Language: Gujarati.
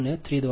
03 j0